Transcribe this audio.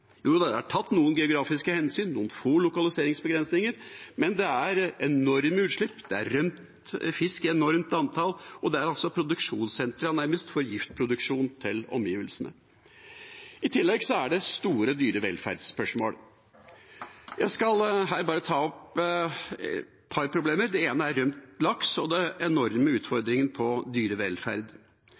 tatt noen geografiske hensyn, noen få lokaliseringsbegrensninger, men det er enorme utslipp, det er rømt fisk i enorme antall, og det er produksjonssentre, nærmest, for giftproduksjon til omgivelsene. I tillegg er det store dyrevelferdsspørsmål. Jeg skal her bare ta opp et par problemer. Det ene er rømt laks og den enorme utfordringen for dyrevelferd.